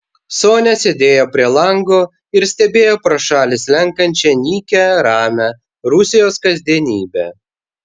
sonia sėdėjo prie lango ir stebėjo pro šalį slenkančią nykią ramią rusijos kasdienybę